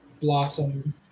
blossom